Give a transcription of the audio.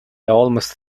almost